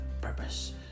purpose